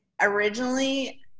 originally